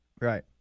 Right